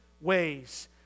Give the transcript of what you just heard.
ways